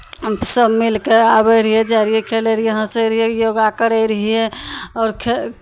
सभ मिलि कऽ आबै रहियै जाइ रहियै खेलै रहियै हँसै रहियै योगा करै रहियै आओर ख्